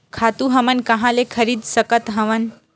खातु हमन कहां कहा ले खरीद सकत हवन?